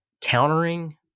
countering